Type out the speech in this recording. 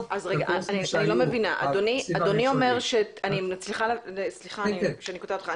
בקורסים שהיו --- סליחה שאני קוטעת אותך.